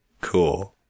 Cool